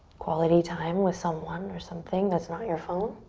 quality time with someone or something that's not your phone?